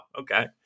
okay